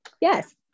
yes